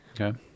Okay